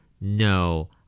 No